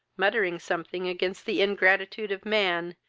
muttering something against the ingratitude of man,